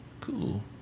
Cool